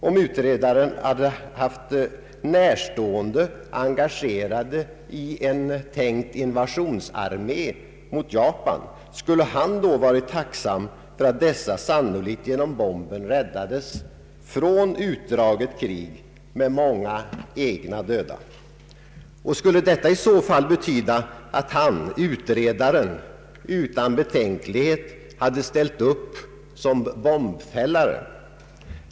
Om utredaren hade haft närstående engagerade i en tänkt invasionsarmé mot Japan, skulle han då ha varit tacksam för att dessa sannolikt genom bomben räddades från ett utdraget krig med många egna döda? Skulle detta i så fall betyda att han, utredaren, utan betänkligheter hade ställt upp som bombfällare?